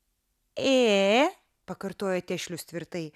ė pakartojo tešlius tvirtai